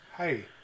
Hey